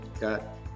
Got